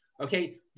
okay